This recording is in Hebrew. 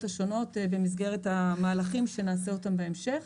השונות במסגרת המהלכים שנעשה אותם בהמשך.